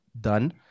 done